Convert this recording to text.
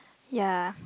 ya